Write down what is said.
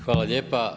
Hvala lijepa.